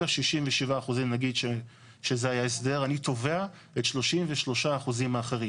ה-67% נגיד שזה היה הסדר אני תובע את 33% האחרים.